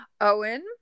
Owen